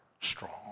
strong